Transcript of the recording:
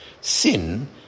sin